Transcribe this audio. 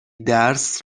درس